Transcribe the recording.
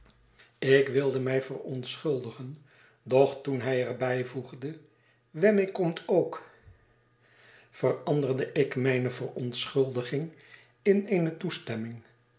ik wilde mij verontschuldigen doch toen hij er bijvoegde wemmick komt ook veranderde ik mijne verontschuldiging in eene toestemming